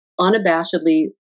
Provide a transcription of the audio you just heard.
unabashedly